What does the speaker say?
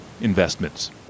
investments